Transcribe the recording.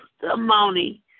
testimony